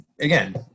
Again